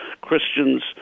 Christians